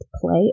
play